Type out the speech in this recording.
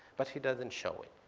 but he doesn't show it.